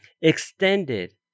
extended